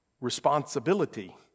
responsibility